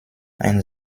ein